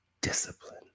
discipline